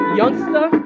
youngster